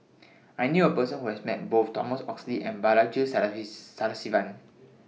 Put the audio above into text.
I knew A Person Who has Met Both Thomas Oxley and Balaji Sadasivan